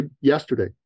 yesterday